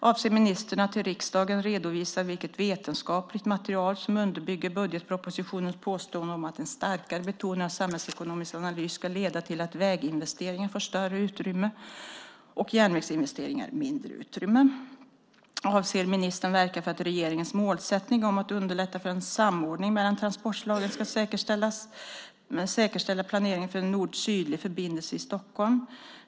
Avser ministern att till riksdagen redovisa vilket vetenskapligt material som underbygger budgetpropositionernas påstående om att en starkare betoning av samhällsekonomisk analys skulle leda till att väginvesteringar får större utrymme och järnvägsinvesteringar mindre utrymme? Hur avser ministern att verka för att regeringens målsättning om att underlätta för en samordning mellan transportslagen ska säkerställa planeringen för en nordsydlig förbindelse i Stockholm?